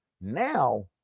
now